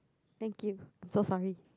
thank you so sorry